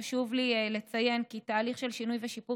חשוב לי לציין כי תהליך של שינוי ושיפור